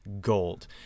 gold